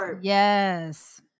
Yes